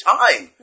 time